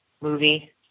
movie